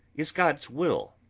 is god's will.